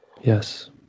yes